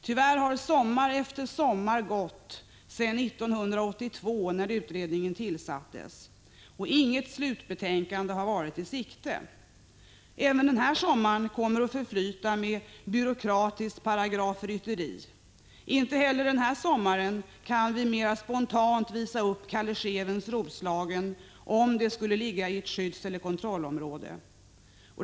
Tyvärr har sommar efter sommar gått, sedan 1982 när utredningen tillsattes, och inget slutbetänkande har varit i sikte. Även denna sommar kommer att förflyta med byråkratiskt paragrafrytteri. Inte heller i sommar kan vi mer spontant visa upp Calle Schewens Roslagen, om det skulle ligga i ett skyddseller kontrollområde.